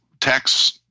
tax